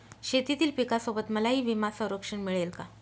शेतीतील पिकासोबत मलाही विमा संरक्षण मिळेल का?